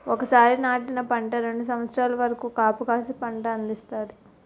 ఒకసారి నాటిన పంట రెండు సంవత్సరాల వరకు కాపుకాసి పంట అందిస్తాయి